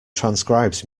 transcribes